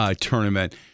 tournament